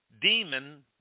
demon